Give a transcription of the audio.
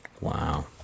wow